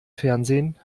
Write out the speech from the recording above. fernsehen